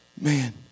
man